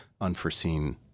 unforeseen